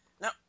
Now